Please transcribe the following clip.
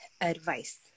advice